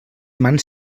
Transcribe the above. mans